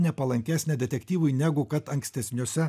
nepalankesnė detektyvui negu kad ankstesniuose